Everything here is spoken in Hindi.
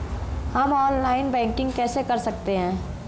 हम ऑनलाइन बैंकिंग कैसे कर सकते हैं?